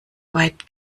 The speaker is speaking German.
weit